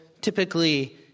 typically